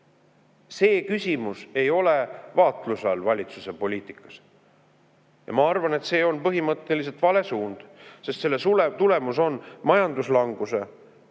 See küsimus ei ole vaatluse all valitsuse poliitikas. Ja ma arvan, et see on põhimõtteliselt vale suund, sest selle tulemus on majanduslanguse